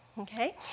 okay